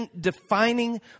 defining